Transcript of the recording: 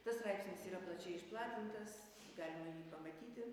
tas straipsnis yra plačiai išplatintas galima jį pamatyti